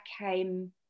came